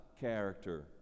character